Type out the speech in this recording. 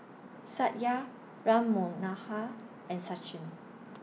Satya Ram Manohar and Sachin